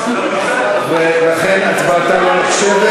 ולכן הצבעתה לא נחשבת.